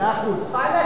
דרך אגב,